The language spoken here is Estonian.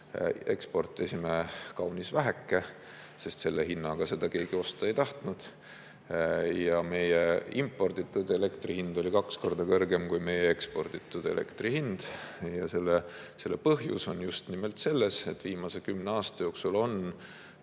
Eksportisime kaunis väheke, sest selle hinnaga seda keegi osta ei tahtnud, ja meie imporditud elektri hind oli kaks korda kõrgem kui meie eksporditud elektri hind. Selle põhjus on just nimelt selles, et viimase kümne aasta jooksul on